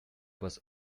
was